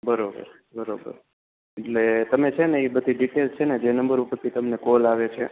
બરોબર બરોબર એટલે તમે છે ને એ બધી ડિટેલ્સ જે નંબર ઉપરથી તમને કોલ આવે છે